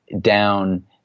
down